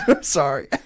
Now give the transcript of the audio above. sorry